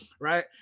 right